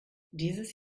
dieses